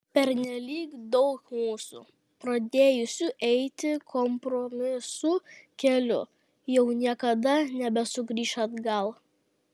pernelyg daug mūsų pradėjusių eiti kompromisų keliu jau niekada nebesugrįš atgal